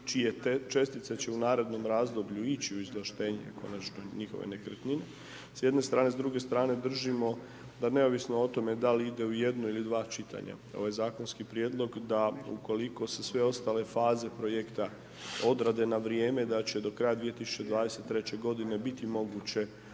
čije čestice će u narednom razdoblju ići u izvlaštenje konačno njihove nekretnine s jedne strane. S druge strane držimo da neovisno o tome da li ide u jednu ili dva čitanja, ovaj zakonski prijedlog da ukoliko su sve ostale faze projekta odrade na vrijeme da će do kraja 2023. godine biti moguće